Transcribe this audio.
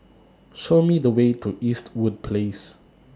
Show Me The Way to Eastwood Place